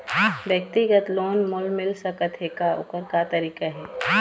व्यक्तिगत लोन मोल मिल सकत हे का, ओकर का तरीका हे?